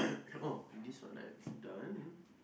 this one I done